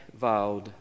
vowed